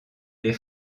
les